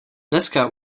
dneska